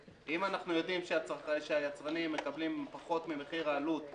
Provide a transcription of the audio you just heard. אם אנחנו יודעים שהיצרנים מקבלים פחות ממחיר העלות,